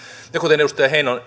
ja kuten edustaja heinonen